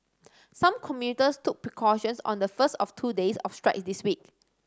some commuters took precautions on the first of two days of strike in this week